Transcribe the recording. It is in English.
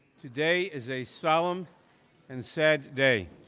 today is a solemn and sad day.